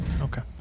Okay